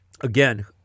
Again